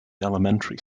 elementary